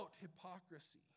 hypocrisy